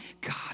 God